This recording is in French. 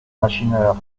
machineur